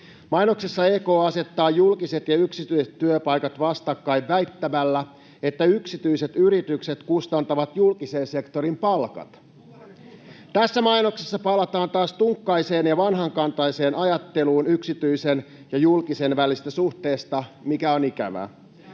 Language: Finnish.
Mainoksessa EK asettaa julkiset ja yksityiset työpaikat vastakkain väittämällä, että yksityiset yritykset kustantavat julkisen sektorin palkat. [Perussuomalaisten ryhmästä: No kuka ne kustantaa?] Tässä mainoksessa palataan taas tunkkaiseen ja vanhakantaiseen ajatteluun yksityisen ja julkisen välisestä suhteesta, mikä on ikävää.